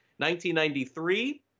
1993